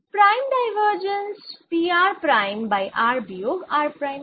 prime divergence P r prime by r বিয়োগ r prime